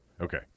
Okay